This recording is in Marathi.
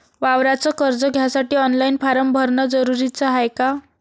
वावराच कर्ज घ्यासाठी ऑनलाईन फारम भरन जरुरीच हाय का?